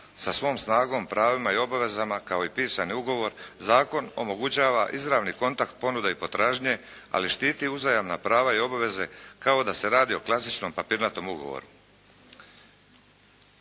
sa svom snagom, pravima i obavezama kao i pisani ugovor zakon omogućava izravni kontakt ponude i potražnje, ali štiti uzajamna prava i obveze kao da se radi o klasičnom papirnatom ugovoru.